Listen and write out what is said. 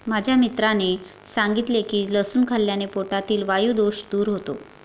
माझ्या मित्राने सांगितले की लसूण खाल्ल्याने पोटातील वायु दोष दूर होतो